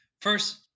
First